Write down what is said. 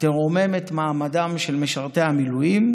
תרומם את מעמדם של משרתי המילואים.